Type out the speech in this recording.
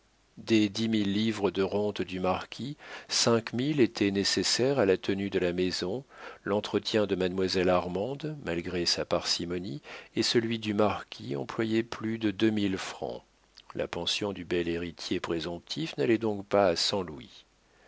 des dix mille livres de rente du marquis cinq mille étaient nécessaires à la tenue de la maison l'entretien de mademoiselle armande malgré sa parcimonie et celui du marquis employaient plus de deux mille francs la pension du bel héritier présomptif n'allait donc pas à cent louis